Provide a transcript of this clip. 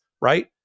right